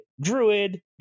druid